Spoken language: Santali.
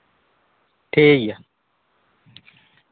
ᱴᱷᱤᱠ ᱜᱮᱭᱟ